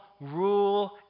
rule